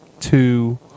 two